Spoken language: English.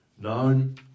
known